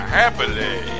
happily